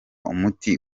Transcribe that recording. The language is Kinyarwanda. umuti